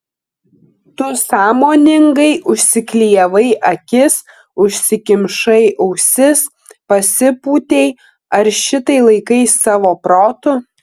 tu sąmoningai užsiklijavai akis užsikimšai ausis pasipūtei ar šitai laikai savo protu